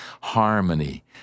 harmony